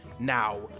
Now